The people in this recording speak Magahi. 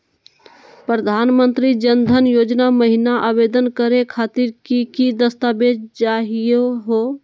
प्रधानमंत्री जन धन योजना महिना आवेदन करे खातीर कि कि दस्तावेज चाहीयो हो?